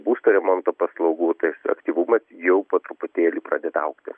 būstų remonto paslaugų tas aktyvumas jau po truputėlį pradėda augti